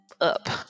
up